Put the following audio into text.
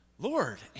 Lord